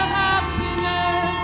happiness